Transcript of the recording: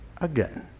again